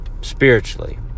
spiritually